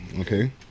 Okay